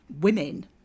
women